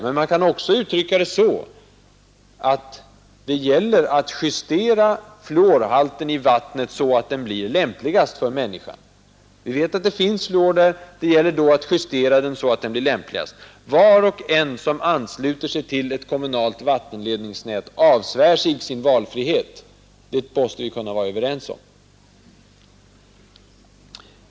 Men man kan också uttrycka det så att det gäller att justera fluorhalten i vattnet så att den blir lämpligast för människor. Vi vet att det finns fluor där. Det gäller då att justera halten så att den blir lämpligast. Var och en som ansluter sig till ett kommunalt vattenledningsnät avsvär sig i viss mening sin valfrihet. Det torde vi vara överens om.